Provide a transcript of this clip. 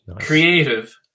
creative